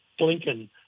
blinken